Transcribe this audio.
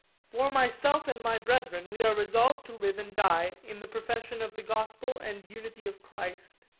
for myself and my brethren, we are resolved to live and die in the profession of the gospel and unity of christ.